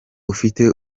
ufite